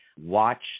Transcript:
watch